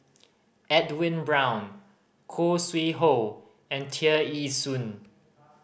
Edwin Brown Khoo Sui Hoe and Tear Ee Soon